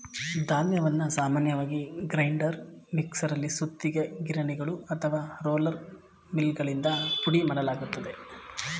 ಧಾನ್ಯವನ್ನು ಸಾಮಾನ್ಯವಾಗಿ ಗ್ರೈಂಡರ್ ಮಿಕ್ಸರಲ್ಲಿ ಸುತ್ತಿಗೆ ಗಿರಣಿಗಳು ಅಥವಾ ರೋಲರ್ ಮಿಲ್ಗಳಿಂದ ಪುಡಿಮಾಡಲಾಗ್ತದೆ